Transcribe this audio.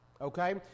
Okay